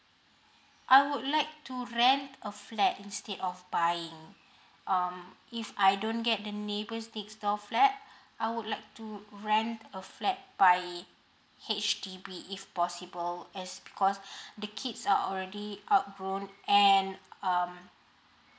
I would like to rent a flat instead of buying um if I don't get the neighbour's next door flat I would like to rent a flat by H_D_B if possible as because the kids are already outgrown and um